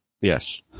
Yes